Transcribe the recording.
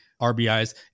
RBIs